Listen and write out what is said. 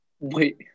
Wait